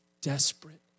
desperate